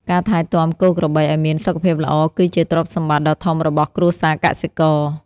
ការថែទាំគោក្របីឱ្យមានសុខភាពល្អ គឺជាទ្រព្យសម្បត្តិដ៏ធំរបស់គ្រួសារកសិករ។